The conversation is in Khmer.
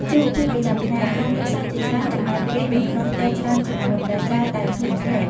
ជីវភាពប្រចាំថ្ងៃ ក្រុមគ្រួសារជាច្រើនចំណាយពេលនៅក្នុងផ្ទះច្រើនជាងមុន ដោយសារតែភ្លៀងធ្លាក់។